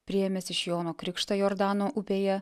priėmęs iš jono krikštą jordano upėje